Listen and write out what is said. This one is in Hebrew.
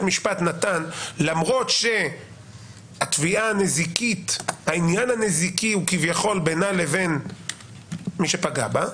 משפט נתן למרות שהעניין הנזיקי הוא כביכול בינה לבין מי שפגע בה,